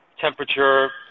temperature